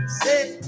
sit